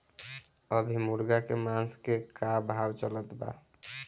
अभी मुर्गा के मांस के का भाव चलत बा?